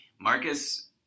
Marcus